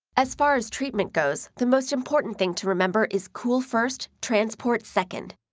as far as treatment goes, the most important thing to remember is cool first, transport second.